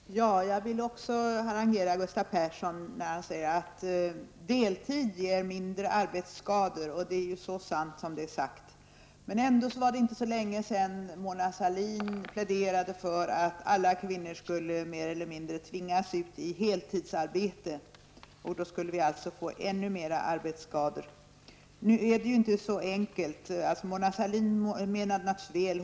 Herr talman! Jag vill också harangera Gustav Persson när han säger att deltid ger färre arbetsskador. Det är så sant som det är sagt. Ändå var det inte så länge sedan Mona Sahlin pläderade för att alla kvinnor mer eller mindre skulle tvingas ut i heltidsarbete. Då skulle vi alltså få ännu mer arbetsskador. Nu är det inte så enkelt. Mona Sahlin menade naturligtvis väl.